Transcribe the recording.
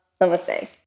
Namaste